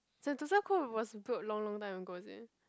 Sentosa Cove was built long long time ago is it